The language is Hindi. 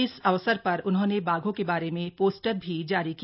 इस अवसर पर उन्होंने बाघों के बारे में पोस्टर भी जारी किया